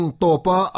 topa